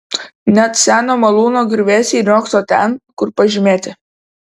net seno malūno griuvėsiai riogso ten kur pažymėti